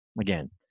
again